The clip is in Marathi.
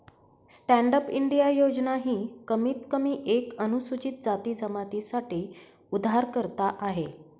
स्टैंडअप इंडिया योजना ही कमीत कमी एक अनुसूचित जाती जमाती साठी उधारकर्ता आहे